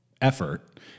effort